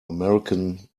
american